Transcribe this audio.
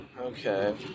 Okay